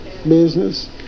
business